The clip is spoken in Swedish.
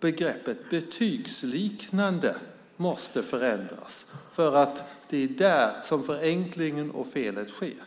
begreppet "betygsliknande" måste förändras, för det är där som förenklingen och felet sker.